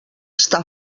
està